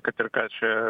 kad ir ką čia